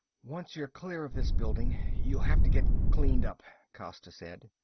once you're clear of this building, you'll have to get cleaned up, costa said.